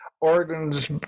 organs